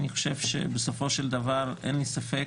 אני חושב שבסופו של דבר אין לי ספק